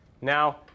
Now